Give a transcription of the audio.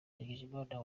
ndagijimana